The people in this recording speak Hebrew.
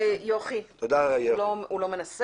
הוא לא מנסה.